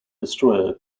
destroyer